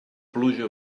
pluja